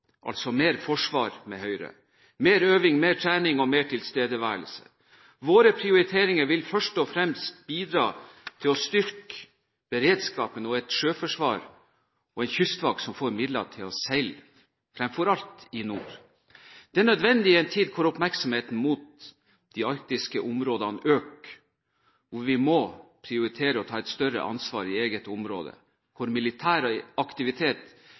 altså mer forsvar med Høyre, mer øving, mer trening og mer tilstedeværelse. Våre prioriteringer vil først og fremst bidra til å styrke beredskapen, og et sjøforsvar og en kystvakt får midler til å seile fremfor alt i nord. Det er nødvendig i en tid hvor oppmerksomheten mot de arktiske områdene øker. Vi må prioritere å ta et større ansvar i eget område, for militær aktivitet